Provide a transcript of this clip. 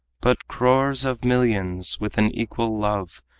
but crores of millions, with an equal love,